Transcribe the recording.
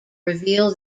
reveal